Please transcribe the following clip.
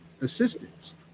assistance